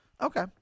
Okay